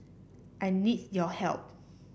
I need your help